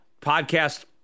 podcast